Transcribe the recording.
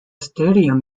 stadium